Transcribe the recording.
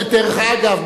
דרך אגב,